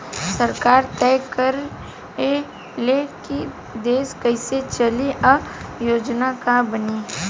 सरकार तय करे ले की देश कइसे चली आ योजना का बनी